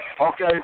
Okay